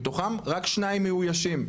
מתוכם רק שניים מאוישים.